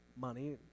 money